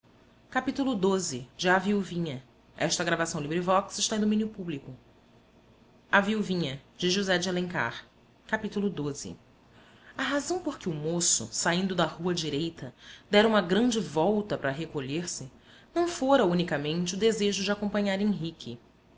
dos ourives e dirigiu-se à casa morava em um pequeno sótão de segundo andar no fim da rua da misericórdia a razão por que o moço saindo da rua direita dera uma grande volta para recolher-se não fora unicamente o desejo de acompanhar henrique